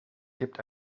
gibt